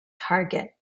target